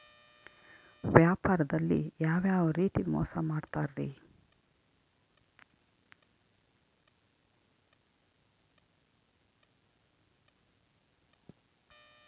ವ್ಯಾಪಾರದಲ್ಲಿ ಯಾವ್ಯಾವ ರೇತಿ ಮೋಸ ಮಾಡ್ತಾರ್ರಿ?